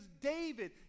David